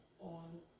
on